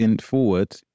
forward